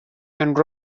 and